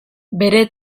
bere